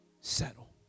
Settle